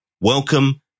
Welcome